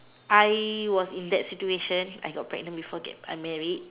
I was in that situation I got pregnant before get get married